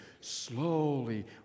slowly